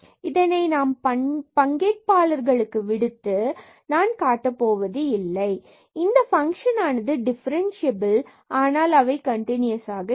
இதனை நாம் பங்கேற்பாளர்களுக்கு விடுத்து இதனை நான் காட்டப் போவதில்லை இந்த பங்க்ஷன் ஆனது டிஃபரண்ட்சியபில் ஆனால் அவை கண்டினூயசாக இல்லை